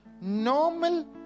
normal